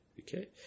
Okay